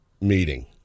meeting